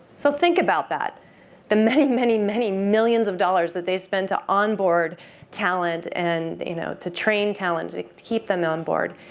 so think about that the many, many, many millions of dollars that they spend to onboard talent and you know to train talent and to keep them on board.